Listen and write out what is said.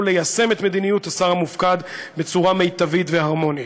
ליישם את מדיניות השר המופקד בצורה מיטבית והרמונית.